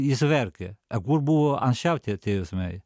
jis verkia a kur buvo anksčiau tie tie jausmai